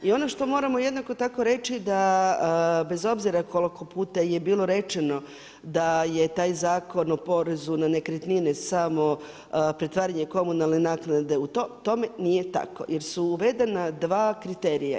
I ono što moramo jednako tako reći da bez obzira koliko puta je bilo rečeno da je taj zakon o porezu na nekretnine samo pretvaranje komunalne naknade u to, tome nije tako jer su uvedena dva kriterija.